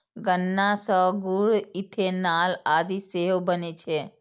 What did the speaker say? गन्ना सं गुड़, इथेनॉल आदि सेहो बनै छै